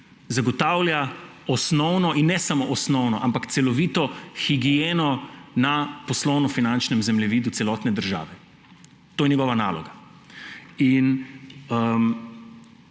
Zagotavlja osnovno in ne samo osnovne, ampak celovito higieno na poslovno-finančnem zemljevidu celotne države; to je njegova naloga.